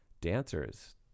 dancers